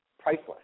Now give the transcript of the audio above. priceless